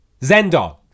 zendog